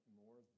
more